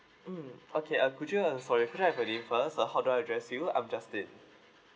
mm okay uh could you uh sorry could I have your name first uh how do I address you I'm justin